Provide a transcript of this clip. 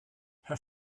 her